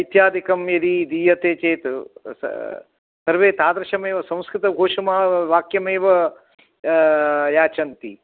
इत्यादिकं यदि दीयते चेत् स सर्वे तादृशमेव संस्कृतघोषवाक्यमेव याचन्ति